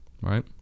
right